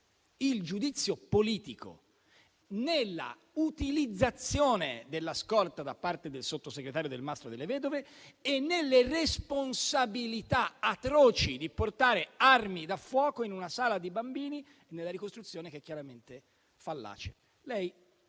il giudizio politico nell'utilizzazione della scorta da parte del sottosegretario Delmastro Delle Vedove e nelle responsabilità atroci di portare armi da fuoco in una sala dove ci sono bambini, nella ricostruzione che è chiaramente fallace.